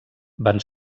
van